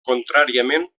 contràriament